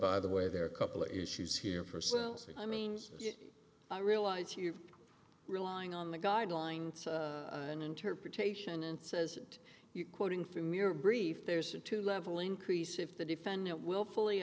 by the way there are a couple issues here for cells i mean i realize you've relying on the guidelines and interpretation and says that you quoting from your brief there's a two level increase if the defendant willfully